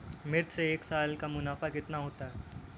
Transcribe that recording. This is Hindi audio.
मिर्च से एक साल का मुनाफा कितना होता है?